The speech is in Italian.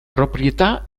proprietà